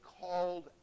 called